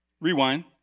Rewind